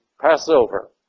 Passover